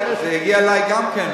זה הגיע אלי גם כן,